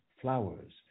flowers